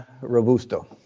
Robusto